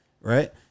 right